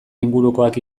ingurukoak